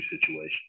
situation